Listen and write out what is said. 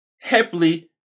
happily